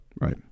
Right